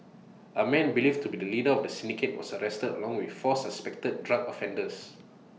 A man believed to be the leader of the syndicate was arrested along with four suspected drug offenders